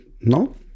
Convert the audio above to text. no